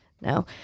no